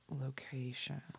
location